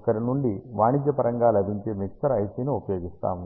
ఒకరి నుండి వాణిజ్యపరంగా లభించే మిక్సర్ ఐసిని ఉపయోగిస్తాము